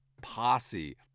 Posse